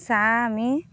চাহ আমি